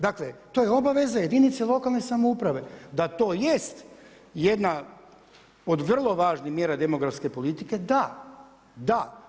Dakle to je obaveza jedinice lokalne samouprave da to jest jedna od vrlo važnih mjera demografske politike da, da.